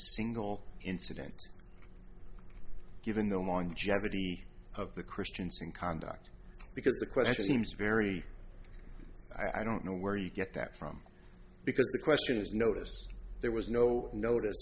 single incident given the longevity of the christianson conduct because the question seems very i don't know where you get that from because the question is notice there was no notice